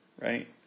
Right